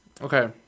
Okay